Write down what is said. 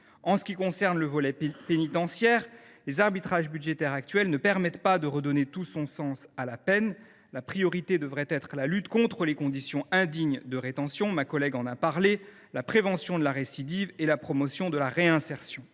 En ce qui concerne le volet pénitentiaire, les arbitrages budgétaires actuels ne permettent pas de redonner tout son sens à la peine. Les orientations prioritaires devraient être la lutte contre les conditions indignes de rétention – ma collègue Mélanie Vogel l’a indiqué –, la prévention de la récidive et la promotion de la réinsertion.